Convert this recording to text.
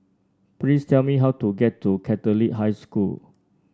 please tell me how to get to Catholic High School